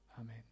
Amen